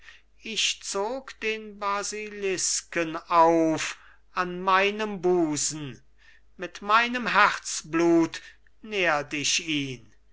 ich zog den basilisken auf an meinem busen mit meinem herzblut nährt ich ihn